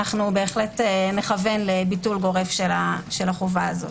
אנו בהחלט נכוון לביטול גורף של החובה הזו.